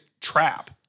trap